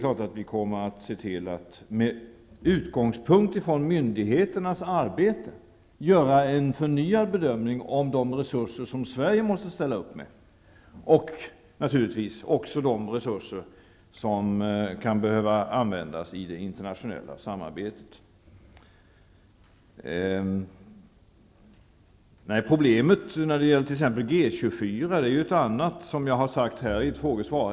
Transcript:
Regeringen kommer att med utgångspunkt i myndigheternas arbete göra en förnyad bedömning av de resurser som Sverige måste ställa upp med och, naturligtvis, de resurser som kan behöva användas i det internationella samarbetet. När det gäller G 24 är problemet ett annat, vilket jag har sagt i ett frågesvar.